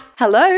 Hello